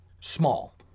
small